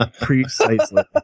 Precisely